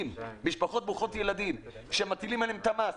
למשפחות ברוכות ילדים שמטילים עליהם את המס,